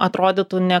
atrodytų ne